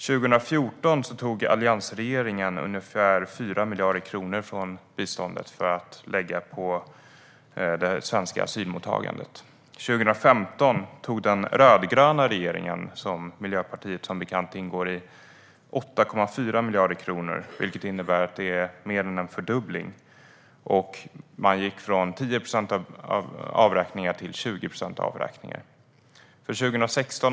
År 2014 tog alliansregeringen ungefär 4 miljarder kronor från biståndet för att lägga på det svenska asylmottagandet. År 2015 tog den rödgröna regeringen, som Miljöpartiet som bekant ingår i, 8,4 miljarder kronor från biståndet, vilket innebär mer än en fördubbling. Man gick från avräkningar på 10 procent upp till avräkningar på 20 procent.